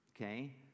okay